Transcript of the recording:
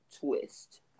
twist